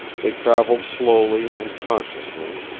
they traveled slowly and cautiously,